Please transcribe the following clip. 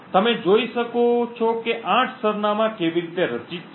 તમે જોઈ શકો છો કે 8 સરનામાં કેવી રીતે રચિત છે